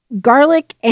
garlic